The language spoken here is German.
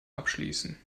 abschließen